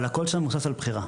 אבל הכול שם מבוסס על בחירה,